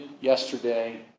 yesterday